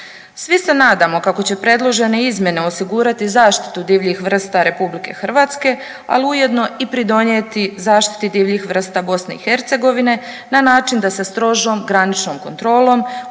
Svi se nadamo kako će predložene izmjene osigurati zaštitu divljih vrsta RH, ali ujedno i pridonijeti zaštiti divljih vrsta BiH na način da se strožom graničnom kontrolom